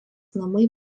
namai